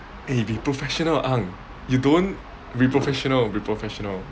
eh be professional ang you don't be professional be professional